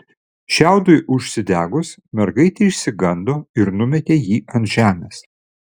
šiaudui užsidegus mergaitė išsigando ir numetė jį ant žemės